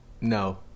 No